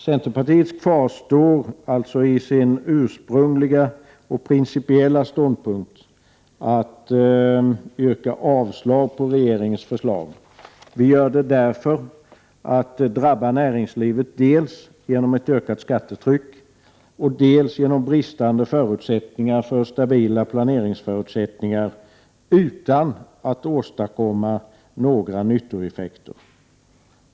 Centerpartiet kvarstår alltså vid sin ursprungliga och principiella ståndpunkt att yrka avslag på regeringens förslag. Vi gör det därför att det regeringen föreslår drabbar näringslivet dels genom ett ökat skattetryck, dels i form av brist på stabila planeringsförutsättningar, utan att åstadkomma några nyttoeffekter.